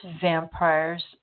vampires